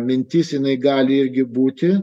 mintis jinai gali irgi būti